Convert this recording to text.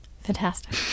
Fantastic